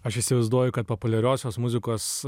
aš įsivaizduoju kad populiariosios muzikos